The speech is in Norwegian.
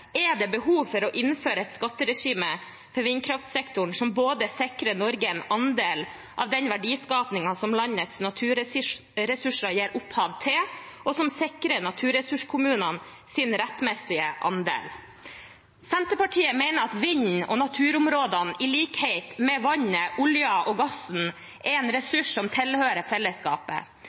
er det behov for å innføre et skatteregime for vindkraftsektoren som både sikrer Norge en andel av den verdiskapingen som landets naturressurser gir opphav til, og som sikrer naturressurskommunene deres rettmessige andel. Senterpartiet mener at vinden og naturområdene i likhet med vannet, oljen og gassen er en ressurs som tilhører fellesskapet.